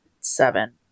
seven